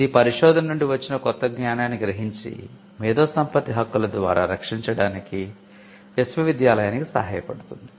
ఇది పరిశోధన నుండి వచ్చిన కొత్త జ్ఞానాన్ని గ్రహించి మేధో సంపత్తి హక్కుల ద్వారా రక్షించడానికి విశ్వవిద్యాలయానికి సహాయపడుతుంది